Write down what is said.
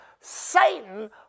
Satan